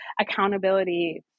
accountability